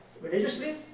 religiously